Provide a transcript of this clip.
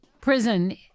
prison